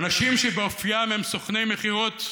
אנשים שבאופיים הם סוכני מכירות,